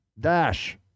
Dash